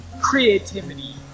creativity